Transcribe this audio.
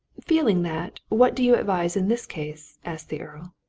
feeling that, what do you advise in this case? asked the earl.